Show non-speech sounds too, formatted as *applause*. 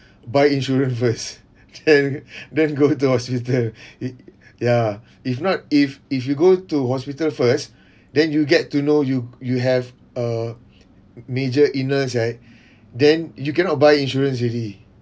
buy insurance first then then go to hospital *breath* it ya if not if if you go to hospital first then you get to know you you have a major illness right then you cannot buy insurance already